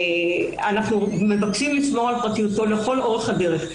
אנחנו מבקשים לשמור על פרטיותו לאורך כל הדרך.